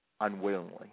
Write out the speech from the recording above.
unwillingly